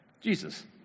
Jesus